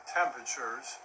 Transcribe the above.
temperatures